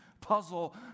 puzzle